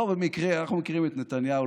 אנחנו מכירים את נתניהו.